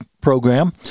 program